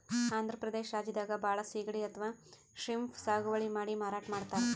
ಆಂಧ್ರ ಪ್ರದೇಶ್ ರಾಜ್ಯದಾಗ್ ಭಾಳ್ ಸಿಗಡಿ ಅಥವಾ ಶ್ರೀಮ್ಪ್ ಸಾಗುವಳಿ ಮಾಡಿ ಮಾರಾಟ್ ಮಾಡ್ತರ್